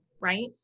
right